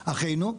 אחינו,